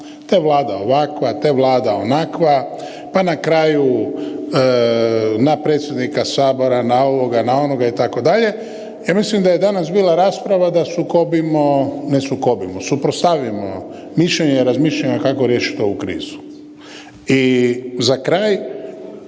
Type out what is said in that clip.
Te Vlada ovakva te Vlada onakva, pa na kraju na predsjednika Sabora, na ovoga, na onoga, itd., ja mislim da je danas bila rasprava da sukobimo, ne sukobimo, suprotstavimo mišljenja i razmišljanja kako riješiti ovu krizu. I za kraj,